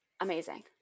amazing